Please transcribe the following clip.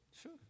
sure